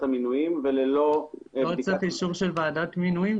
המינויים וללא --- לא צריך אישור של ועדת מינויים,